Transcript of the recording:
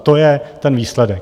To je ten výsledek.